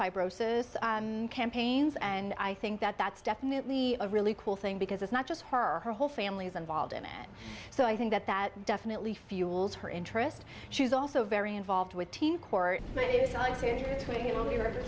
fibrosis campaigns and i think that that's definitely a really cool thing because it's not just her her whole family is involved in it so i think that that definitely fuels her interest she's also very involved with team court